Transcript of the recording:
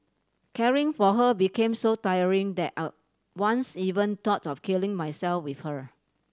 caring for her became so tiring that I once even thought of killing myself with her